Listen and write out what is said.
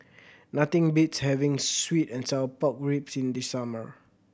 nothing beats having sweet and sour pork ribs in the summer